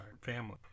family